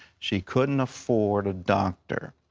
she couldn't afford a doctor.